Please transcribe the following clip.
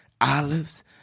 olives